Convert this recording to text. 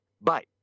Bye